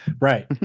Right